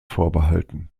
vorbehalten